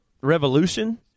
revolution